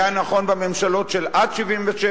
זה היה נכון בממשלות של עד 1977,